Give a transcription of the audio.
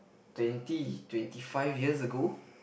twenty twenty five years ago